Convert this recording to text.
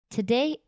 Today